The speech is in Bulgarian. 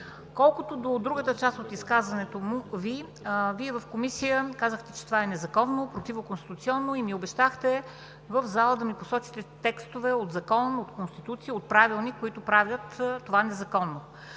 Колкото до другата част от изказването Ви, Вие в Комисията казахте, че това е незаконно, противоконституционно и ми обещахте в залата да ми посочите текстове от закон, от Конституцията, от Правилника, които правят това незаконно.